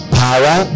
power